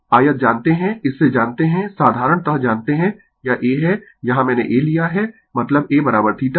आयत जानते है इस से जानते है साधारणतः जानते है यह a है यहाँ मैंने A लिया है मतलब A थीटा